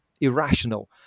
irrational